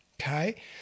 Okay